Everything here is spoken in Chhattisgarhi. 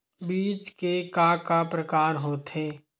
बीज के का का प्रकार होथे?